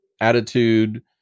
attitude